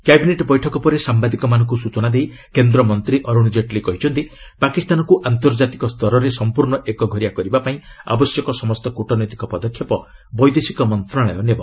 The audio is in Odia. କ୍ୟାବିନେଟ୍ ବୈଠକ ପରେ ସାମ୍ଘାଦିକମାନଙ୍କୁ ସୂଚନା ଦେଇ କେନ୍ଦ୍ରମନ୍ତ୍ରୀ ଅରୁଣ ଜେଟ୍ଲୀ କହିଛନ୍ତି ପାକିସ୍ତାନକୁ ଆନ୍ତର୍ଜାତିକ ସ୍ତରରେ ସଂପର୍ଣ୍ଣ ଏକଘରିଆ କରିବା ପାଇଁ ଆବଶ୍ୟକ ସମସ୍ତ କ୍ଟନୈତିକ ପଦକ୍ଷେପ ବୈଦେଶିକ ମନ୍ତ୍ରଣାଳୟ ନେବ